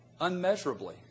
unmeasurably